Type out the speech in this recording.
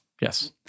Yes